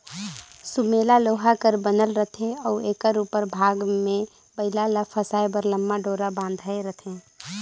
सुमेला लोहा कर बनल रहथे अउ एकर उपर भाग मे बइला ल फसाए बर लम्मा डोरा बंधाए रहथे